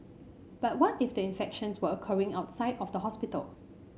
but what if the infections were occurring outside of the hospital